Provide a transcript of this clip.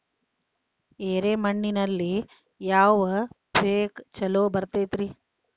ಎರೆ ಮಣ್ಣಿನಲ್ಲಿ ಯಾವ ಪೇಕ್ ಛಲೋ ಬರತೈತ್ರಿ?